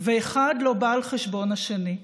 ואחד לא בא על חשבון השני.